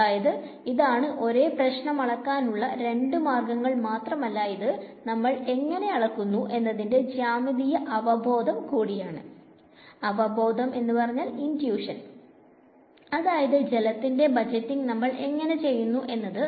അതായത് ഇതാണ് ഒരേ പ്രശ്നം അലക്കാൻ ഉള്ള രണ്ടും മാർഗങ്ങൾ മാത്രമല്ല ഇത് നമ്മൾ എങ്ങനെ അളക്കുന്നു എന്നതിന്റെ ജ്യാമീതീയ അവബോധം കൂടിയാണ് അതായത് ജലത്തിന്റെ ബജറ്റിംങ് നമ്മൾ എങ്ങനെ ചെയ്യുന്നു എന്നത്